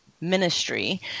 ministry